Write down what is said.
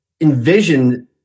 envision